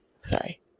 sorry